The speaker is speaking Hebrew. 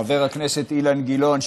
חבר הכנסת אילן גילאון,